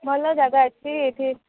ଭଲ ଜାଗା ଅଛି ଏଇଠି